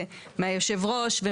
מיושב הראש,